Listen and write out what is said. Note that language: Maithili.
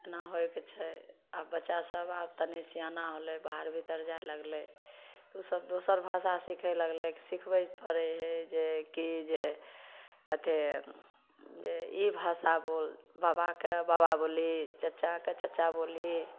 एना होइके छै आओर बच्चासभ आब तनि सिआना होलै बाहर भीतर जाइ लगलै ओसभ दोसर भाषा सिखै लगलै सिखबे पड़ै हइ जे कि जे अथी जे ई भाषा बोल बबाके बबा बोलही चचाके चचा बोलही